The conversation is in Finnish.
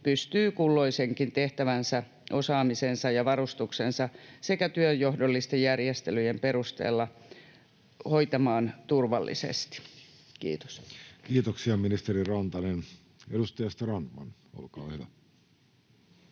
pystyy kulloisenkin tehtävänsä osaamisensa ja varustuksensa sekä työnjohdollisten järjestelyjen perusteella hoitamaan turvallisesti. — Kiitos. Kiitoksia, ministeri Rantanen. — Edustaja Strandman, olkaa hyvä.